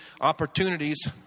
opportunities